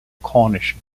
cornish